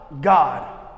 God